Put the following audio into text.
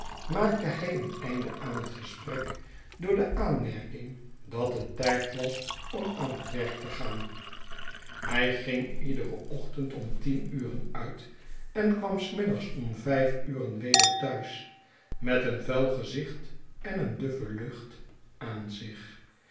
maakte hij een einde aan het gesprek door de aanmerking dat het tijd was om aan het werk te gaan hij ging iederen ochtend om tien uren uit en kwam s middags om vijf uren weder te huis met een vuil gezicht en een duffe lucht aan zich